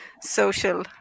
social